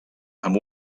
amb